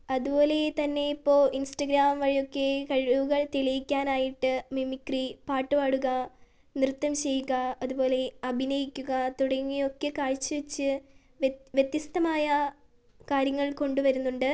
അതുപോലെ തന്നെ ഇപ്പോൾ ഇൻസ്റ്റഗ്രാം വഴിയൊക്കെ ഈ കഴിവുകൾ തെളിയിക്കാനായിട്ട് മിമിക്രി പാട്ട് പാടുക നൃത്തം ചെയ്യുക അതുപോലെ അഭിനയിക്കുക തുടങ്ങിയതൊക്കെ കാഴ്ചവച്ച് വ്യത്യസ്തമായ കാര്യങ്ങൾ കൊണ്ടുവരുന്നുണ്ട്